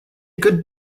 good